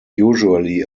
usually